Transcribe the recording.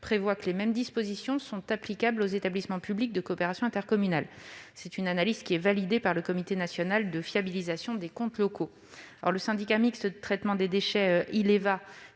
prévoit que les mêmes dispositions sont applicables aux établissements publics de coopération intercommunale. Cette analyse est validée par le Comité national relatif à la fiabilité des comptes publics locaux. Le syndicat mixte de traitement des déchets Ileva